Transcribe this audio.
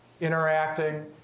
interacting